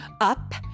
Up